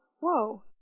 Whoa